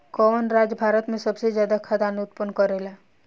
कवन राज्य भारत में सबसे ज्यादा खाद्यान उत्पन्न करेला?